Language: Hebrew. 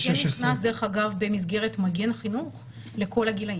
16. דרך אגב נכנס במסגרת מגן חינוך לכל הגילאים.